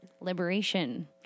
liberation